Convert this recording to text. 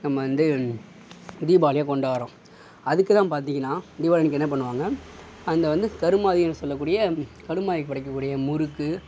நம்ம வந்து தீபாவளிய கொண்டாடுறோம் அதுக்குதான் பார்த்திங்கனா தீபாவளி அன்றைக்கி என்ன பண்ணுவாங்க அங்கே வந்து கருமாதினு சொல்ல கூடிய கருமாதிக்கு படைக்க கூடிய முறுக்கு